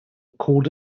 called